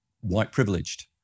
white-privileged